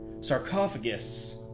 sarcophagus